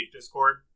Discord